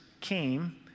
came